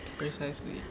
precisely